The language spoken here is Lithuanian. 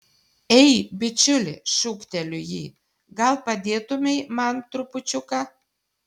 ei bičiuli šūkteliu jį gal padėtumei man trupučiuką